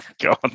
God